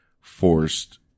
forced